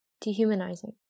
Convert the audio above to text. Dehumanizing